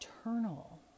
eternal